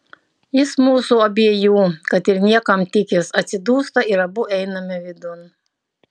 jis mūsų abiejų kad ir niekam tikęs atsidūsta ir abu einame vidun